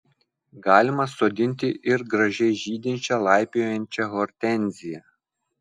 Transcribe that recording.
galima sodinti ir gražiai žydinčią laipiojančią hortenziją